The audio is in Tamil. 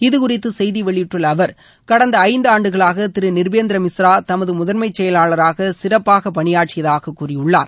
இது குறித்து செய்தி வெளியிட்டுள்ள அவர் கடந்த ஐந்தாண்டுகளாக திருடநிர்பேந்திர மிஸ்ரா தமது முதன்மைச் செயலாளராக சிறப்பாக பணியாற்றியதாக கூறியுள்ளார்